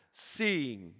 Seeing